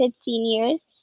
seniors